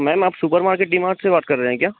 ma'am आप supermarket D Mart से बात कर रहे हैं क्या